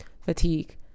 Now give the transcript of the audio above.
fatigue